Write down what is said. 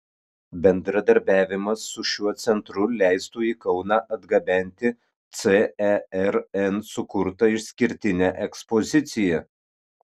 bendradarbiavimas su šiuo centru leistų į kauną atgabenti cern sukurtą išskirtinę ekspoziciją